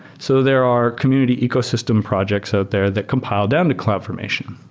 so there are community ecosystem projects out there that compile down to cloud formation.